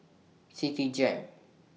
Citigem